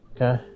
Okay